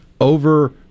over